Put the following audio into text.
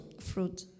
fruit